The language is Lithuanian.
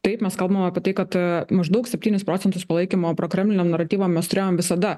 taip mes kalbame apie tai kad maždaug septynis procentus palaikymo prokremlino naratyvo mes turėjom visada